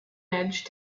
edge